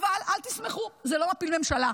אבל אל תשמחו, זה לא מפיל ממשלה.